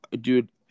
dude